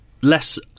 less